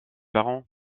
parents